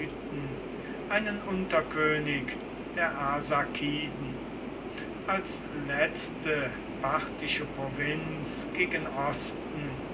einen unterkönig der arsakiden als letzte parthische provinz gegen osten